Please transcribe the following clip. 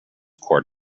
court